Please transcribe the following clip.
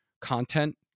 content